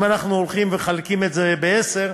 אם אנחנו מחלקים את זה בעשר,